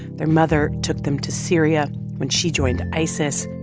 their mother took them to syria when she joined isis,